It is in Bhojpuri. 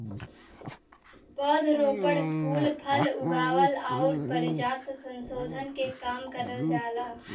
पौध रोपण, फूल फल उगावल आउर परजाति संसोधन के काम करल जाला